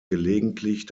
gelegentlich